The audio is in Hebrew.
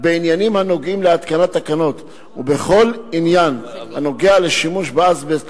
בעניינים הנוגעים להתקנת תקנות ובכל עניין הנוגע לשימוש באזבסט,